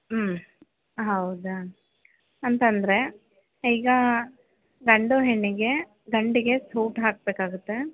ಊಂ ಹೌದಾ ಅಂತಂದರೆ ಈಗ ಗಂಡು ಹೆಣ್ಣಿಗೆ ಗಂಡಿಗೆ ಸೂಟ್ ಹಾಕಬೇಕಾಗುತ್ತೆ